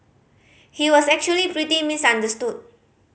he was actually pretty misunderstood